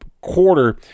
quarter